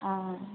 आ